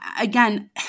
again